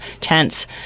tents